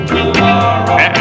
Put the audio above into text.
Tomorrow